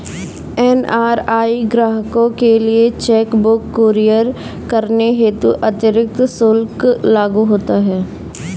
NRI ग्राहकों के लिए चेक बुक कुरियर करने हेतु अतिरिक्त शुल्क लागू होता है